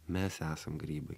mes esam grybai